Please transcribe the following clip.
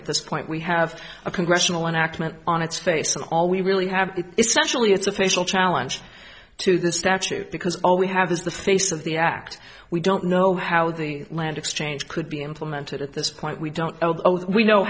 at this point we have a congressional enactment on its face and all we really have essentially it's a facial challenge to the statute because all we have is the face of the act we don't know how the land exchange could be implemented at this point we don't know